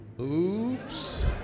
Oops